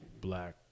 black